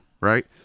Right